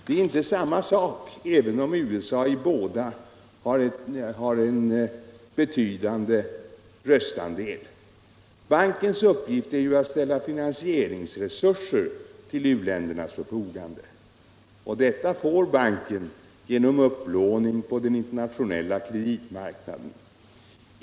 Det är inte samma sak, även om USA i båda har en mycket betydande röstandel. Bankens uppgift är ju att ställa finansicringsresurser till u-ländernas förfogande. Dessa resurser får banken genom upplåning på den internationella kreditmarknaden.